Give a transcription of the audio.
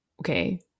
okay